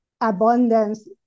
abundance